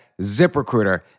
ZipRecruiter